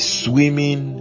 swimming